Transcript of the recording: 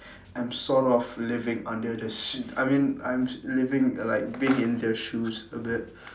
I'm sort of living under the sea I mean I'm living like being in their shoes a bit